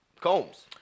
Combs